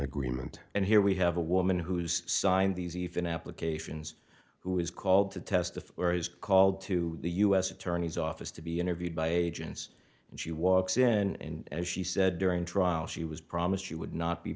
agreement and here we have a woman who's signed these even applications who is called to testify or is called to the u s attorney's office to be interviewed by agents and she walks in and as she said during trial she was promised she would not be